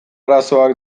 arazoak